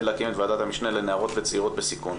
להקים את ועדת המשנה לנערות וצעירות בסיכון.